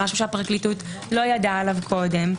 זה משהו שהפרקליטות לא ידעה עליו קודם.